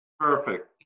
Perfect